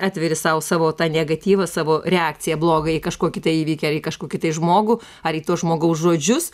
atveri sau savo tą negatyvą savo reakciją blogą į kažkokį tai įvykį ar į kažkokį tai žmogų ar į to žmogaus žodžius